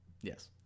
yes